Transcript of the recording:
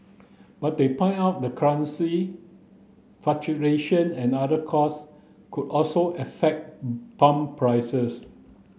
but they pointed out the currency fluctuation and other cost also affect pump prices